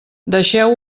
deixeu